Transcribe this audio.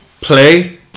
play